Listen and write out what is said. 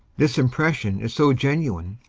this impression is so genuine,